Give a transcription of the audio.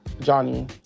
Johnny